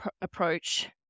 approach